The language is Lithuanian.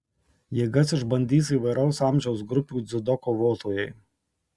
jėgas išbandys įvairaus amžiaus grupių dziudo kovotojai